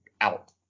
out